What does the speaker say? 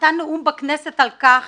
נתן נאום בכנסת על כך